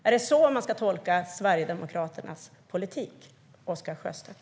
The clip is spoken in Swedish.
Är det så man ska tolka Sverigedemokraternas politik, Oscar Sjöstedt?